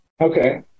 Okay